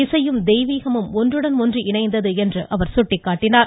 இசையும் தெய்வீகமும் ஒன்றுடன் ஒன்று இணைந்தது என அவர் சுட்டிக்காட்டினார்